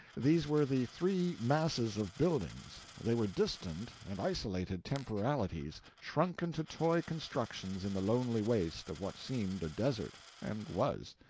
these were the three masses of buildings. they were distant and isolated temporalities shrunken to toy constructions in the lonely waste of what seemed a desert and was.